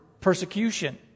persecution